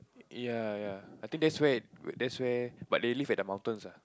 ya ya I think that's where that's where but they live at the mountains ah